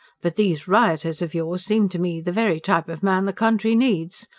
but these rioters of yours seem to me the very type of man the country needs.